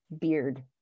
beard